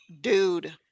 dude